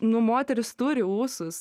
nu moterys turi ūsus